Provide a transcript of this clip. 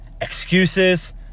excuses